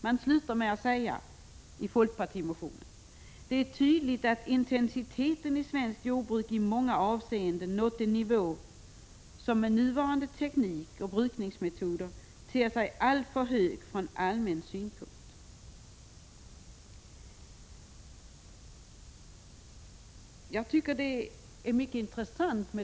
Man slutar med att säga: ”Det är tydligt att intensiteten i svenskt jordbruk i många avseenden nått en nivå som med nuvarande teknik och brukningsmetoder ter sig alltför hög från allmän synpunkt.” Jag tycker dessa synpunkter är intressanta.